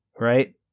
right